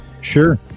sure